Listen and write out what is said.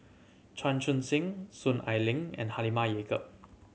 Chan Chun Sing Soon Ai Ling and Halimah Yacob